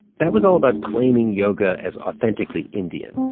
that was all about claiming yoga as authentically indian.